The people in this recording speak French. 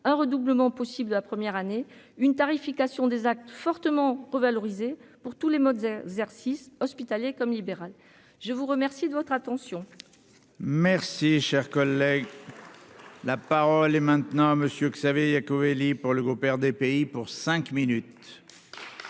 un redoublement possible de la première année, une tarification des actes fortement revalorisé pour tous les modes, exercice hospitalier comme libéral, je vous remercie de votre attention. Merci, cher collègue. La parole est maintenant à monsieur Xavier Iacovelli pour le groupe RDPI pour cinq minutes.